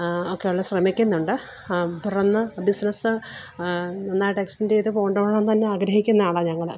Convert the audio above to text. ഒക്കെയുള്ള ശ്രമിക്കുന്നുണ്ട് തുടർന്ന് ബിസ്നസ് നന്നായിട്ടെക്സ്റ്റെന്റ് ചെയ്ത് കൊണ്ടുപോവണം എന്നുതന്നെ ആഗ്രഹിക്കുന്ന ആളാണ് ഞങ്ങള്